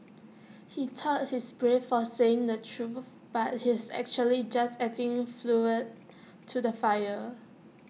he thought he's brave for saying the truth but he's actually just adding to the fire